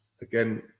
Again